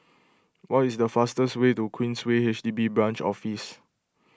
what is the fastest way to Queensway H D B Branch Office